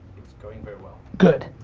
it's going very well. good.